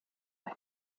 eine